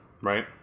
right